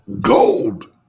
Gold